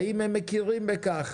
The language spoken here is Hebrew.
האם הם מכירים בכך